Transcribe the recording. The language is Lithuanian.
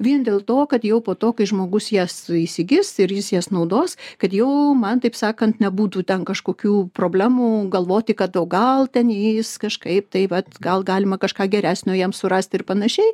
vien dėl to kad jau po to kai žmogus jas įsigis ir jis jas naudos kad jau man taip sakant nebūtų ten kažkokių problemų galvoti kad o gal ten jis kažkaip taip vat gal galima kažką geresnio jam surasti ir panašiai